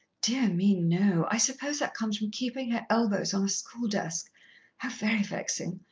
dear me, no! i suppose that comes from keepin' her elbows on a school desk how very vexin'.